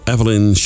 Evelyn